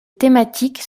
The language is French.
thématiques